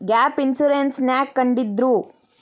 Gap insurance ನ್ಯಾಕ್ ಕಂಢಿಡ್ದ್ರು?